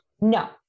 No